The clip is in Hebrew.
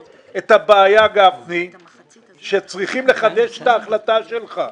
את הבעיה שצריכים לחדש את ההחלטה שלך,